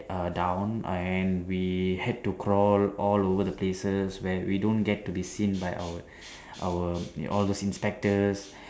err down and we had to crawl all over the places where we don't get to be seen by our our all those inspectors